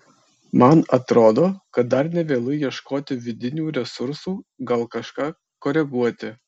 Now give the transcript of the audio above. man atrodo kad dar ne vėlu ieškoti vidinių resursų gal kažką koreguoti